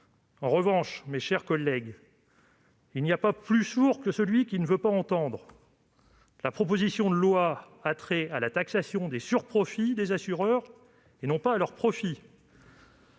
En revanche, mes chers collègues, j'insiste, car il n'y a pas pire sourd que celui qui ne veut pas entendre : la proposition de loi a trait à la taxation des sur-profits des assureurs, non de leurs profits